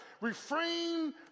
Refrain